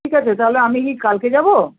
ঠিক আছে তাহলে আমি কি কালকে যাব